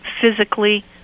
physically